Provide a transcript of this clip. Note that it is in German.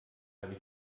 habe